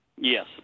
Yes